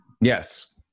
Yes